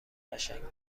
قشنگ